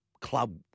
club